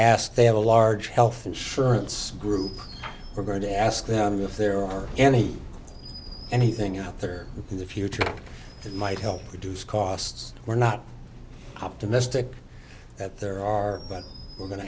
ask they have a large health insurance group we're going to ask them if there are any anything out there in the future that might help reduce costs we're not optimistic that there are but we're going to